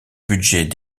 budget